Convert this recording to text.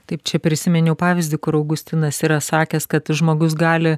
taip čia prisiminiau pavyzdį kur augustinas yra sakęs kad žmogus gali